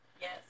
Yes